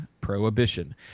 Prohibition